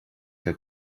que